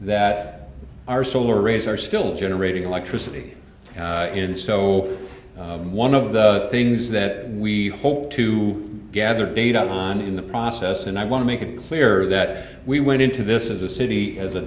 that our solar rays are still generating electricity and so one of the things that we hope to gather data on in the process and i want to make it clear that we went into this as a city as a